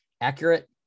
accurate